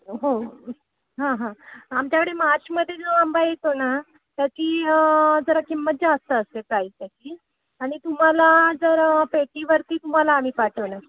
हो हां हां आमच्याकडे मार्चमध्ये जो आंबा येतो ना त्याची जरा किंमत जास्त असते प्राईस त्याची आणि तुम्हाला जर पेटीवरती तुम्हाला आम्ही पाठवणार